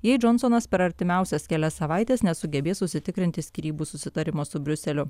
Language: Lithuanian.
jei džonsonas per artimiausias kelias savaites nesugebės užsitikrinti skyrybų susitarimo su briuseliu